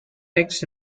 eggs